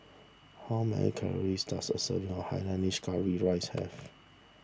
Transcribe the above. how many calories does a serving of Hainanese Curry Rice have